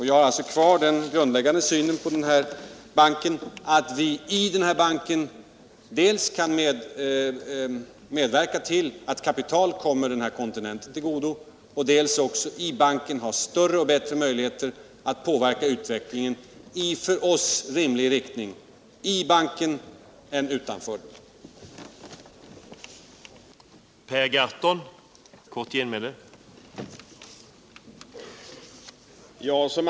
Jag har kvar den grundläggande synen att vi i den här banken dels kan medverka till att kapital kommer kontinenten i fråga till godo, dels har större och bättre möjligheter än utanför att påverka utvecklingen i en riktning som vi anser rimlig.